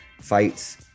fights